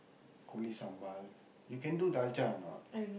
கோழி:koozhi sambal you can do dalcha or not